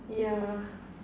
yeah